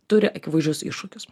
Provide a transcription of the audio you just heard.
turi akivaizdžius iššūkius